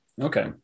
Okay